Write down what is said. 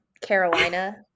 carolina